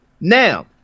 Now